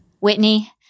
Whitney